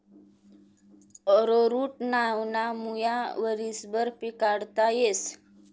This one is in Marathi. अरोरुट नावना मुया वरीसभर पिकाडता येस